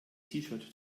shirt